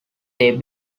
they